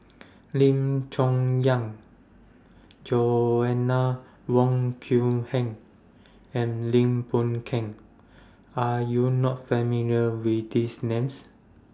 Lim Chong Young Joanna Wong Heng and Lim Boon Keng Are YOU not familiar with These Names